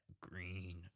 Green